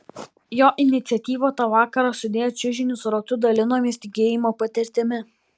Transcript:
jo iniciatyva tą vakarą sudėję čiužinius ratu dalinomės tikėjimo patirtimi